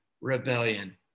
rebellion